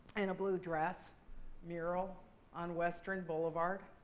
in a blue dress mural on western boulevard.